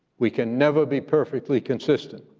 we can never be perfectly consistent,